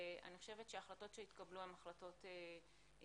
אני חושבת שההחלטות שהתקבלו הן החלטות נכונות.